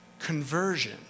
conversion